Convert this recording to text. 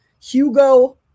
Hugo